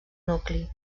nucli